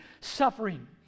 suffering